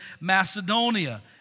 Macedonia